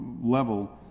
level